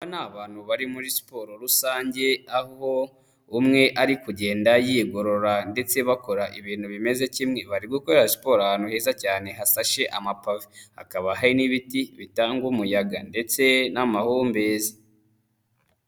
Aba ni abantu bari muri siporo rusange, aho umwe ari kugenda yigorora ndetse bakora ibintu bimeze kimwe, bari gukorera siporo ahantu heza cyane hasashe amapave, hakaba hari n'ibiti bitanga umuyaga ndetse n'amahumbezi.